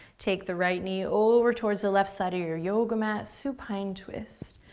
take the right knee over towards the left side of your your yoga mat, supine twist.